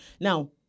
Now